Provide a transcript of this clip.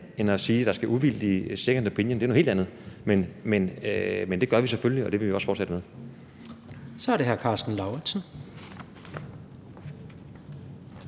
end at sige, at der skal være uvildige second opinions. Det er noget helt andet. Men det gør vi selvfølgelig, og det vil vi også fortsætte med. Kl. 16:17 Tredje